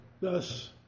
Thus